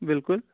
بلکُل